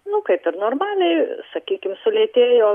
nu kaip ir normaliai sakykim sulėtėjo